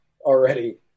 already